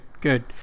good